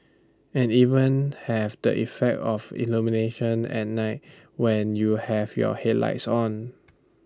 and even have the effect of illumination at night when you have your headlights on